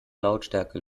lautstärke